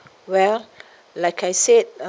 well like I said